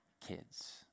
kids